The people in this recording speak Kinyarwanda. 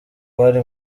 bari